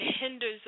hinders